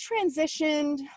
transitioned